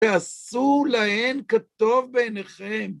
ועשו להן כטוב בעיניכם.